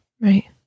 Right